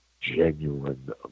genuine